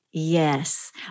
Yes